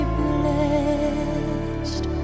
blessed